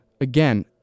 again